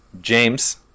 james